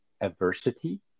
adversity